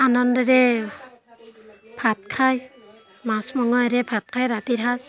আনন্দেৰে ভাত খাই মাছ মঙহেৰে ভাত খাই ৰাতিৰ সাঁজ